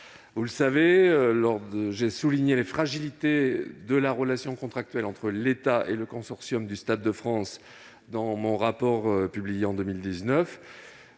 Stade de France. J'ai souligné les fragilités de la relation contractuelle entre l'État et le consortium du Stade de France dans un rapport publié en 2019.